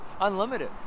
unlimited